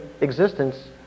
existence